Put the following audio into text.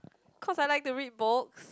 cause I like to read books